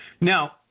Now